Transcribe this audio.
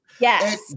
Yes